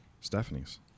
Stephanie's